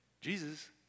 jesus